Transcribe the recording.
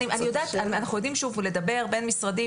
אנחנו יודעים לדבר בין משרדים,